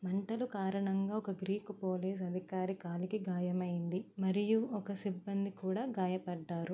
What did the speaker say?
మంటలు కారణంగా ఒక గ్రీకు పోలీసు అధికారి కాలికి గాయమైంది మరియు ఒక సిబ్బంది కూడా గాయపడ్డారు